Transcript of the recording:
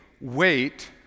wait